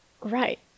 Right